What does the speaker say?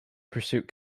pursuit